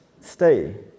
stay